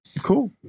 cool